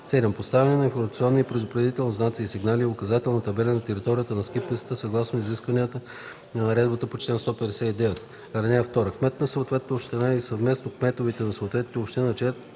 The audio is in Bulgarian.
поставяне на информационни и предупредителни знаци и сигнали, и указателни табели на територията на ски пистата съгласно изискванията на наредбата по чл. 159.